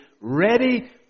ready